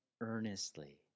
earnestly